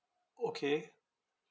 okay